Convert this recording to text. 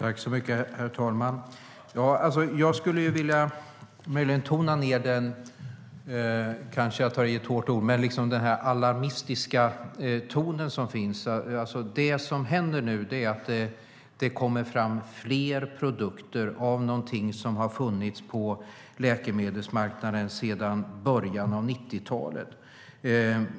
Herr talman! Jag skulle vilja tona ned den - kanske jag tar till ett för hårt ord - alarmistiska tonen. Det som händer nu är att det kommer fram fler produkter av någonting som har funnits på läkemedelsmarknaden sedan början av 90-talet.